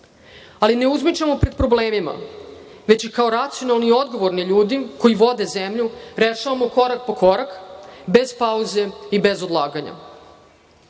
Ali, ne uzmičemo pred problemima, već ih kao racionalni i odgovorni ljudi koji vode zemlju rešavamo korak po korak, bez pauze i bez odlaganja.U